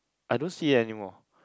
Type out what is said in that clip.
I don't see it anymore